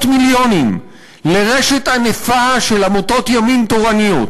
מיליונים לרשת ענפה של עמותות ימין תורניות,